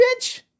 bitch